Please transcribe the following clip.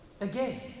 again